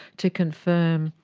to confirm,